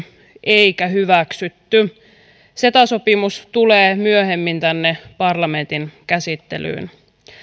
eikä hyväksytty ceta sopimus tulee myöhemmin tänne parlamentin käsittelyyn